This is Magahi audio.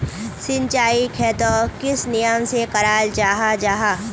सिंचाई खेतोक किस नियम से कराल जाहा जाहा?